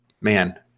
man